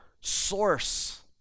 source